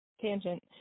tangent